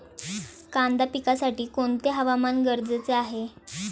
कांदा पिकासाठी कोणते हवामान गरजेचे आहे?